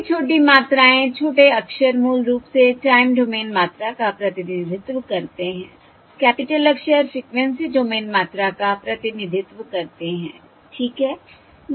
सभी छोटी मात्राएं छोटे अक्षर मूल रूप से टाइम डोमेन मात्रा का प्रतिनिधित्व करते हैं कैपिटल अक्षर फ़्रीक्वेंसी डोमेन मात्रा का प्रतिनिधित्व करते हैं ठीक है